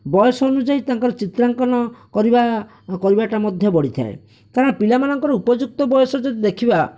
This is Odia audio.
ବୟସ ଅନୁଯାୟୀ ତାଙ୍କର ଚିତ୍ରାଙ୍କନ କରିବା କରିବାଟା ମଧ୍ୟ ବଢ଼ିଥାଏ କାରଣ ପିଲାମାନଙ୍କର ଉପଯୁକ୍ତ ବୟସ ଯଦି ଦେଖିବା